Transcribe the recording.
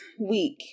week